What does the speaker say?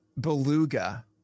Beluga